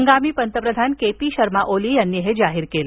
हंगामी पंतप्रधान केपी शर्मा ओली यांनी हे जाहीर केलं